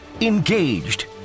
engaged